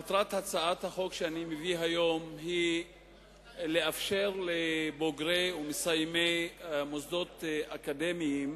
מטרת הצעת החוק שאני מביא היום היא לאפשר לבוגרי ומסיימי מוסדות אקדמיים